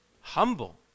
Humble